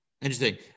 Interesting